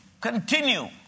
continue